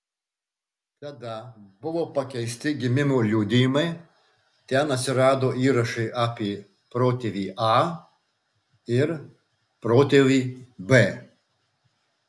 tada buvo pakeisti gimimo liudijimai ten atsirado įrašai apie protėvį a ir protėvį b